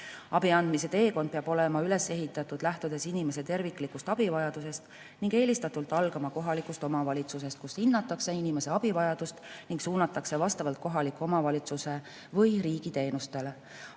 Abi andmise teekond peab olema üles ehitatud lähtudes inimese terviklikust abivajadusest ning eelistatult algama kohalikust omavalitsusest, kus hinnatakse inimese abivajadust ning suunatakse vastavalt kohaliku omavalitsuse või riigi teenustele.